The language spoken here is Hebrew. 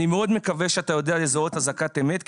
אני מאוד מקווה שאתה יודע לזהות אזעקת אמת,